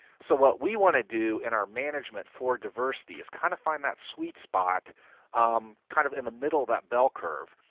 so what we want to do in our management for diversity is kind of find that sweet spot um kind of in the middle of that bell curve,